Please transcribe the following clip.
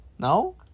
No